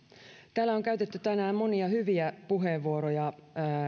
täällä on käytetty tänään monia hyviä puheenvuoroja